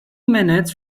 minutes